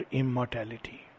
immortality